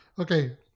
okay